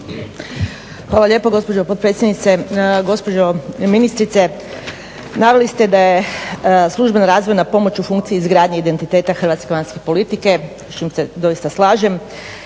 Hvala lijepo gospođo potpredsjednice, gospođo ministrice. Naveli ste da je službena razvojna pomoć u funkciji izgradnje identiteta hrvatske vanjske politike s čim se doista slažem.